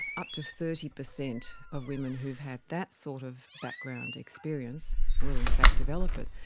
up to thirty percent of women who have had that sort of background experience will in fact develop it,